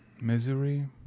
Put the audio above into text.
Misery